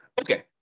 Okay